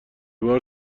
بار